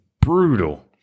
brutal